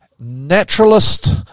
naturalist